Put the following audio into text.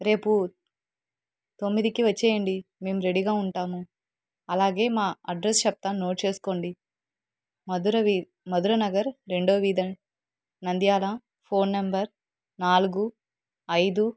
రేపు తొమ్మిదికి వచ్చేయండి మేము రెడీగా ఉంటాము అలాగే మా అడ్రస్ చెప్తాను నోట్ చేసుకోండి మధుర వ మధుర నగర్ రెండో వీధి నంద్యాల ఫోన్ నెంబర్ నాలుగు ఐదు